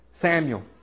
Samuel